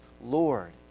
Lord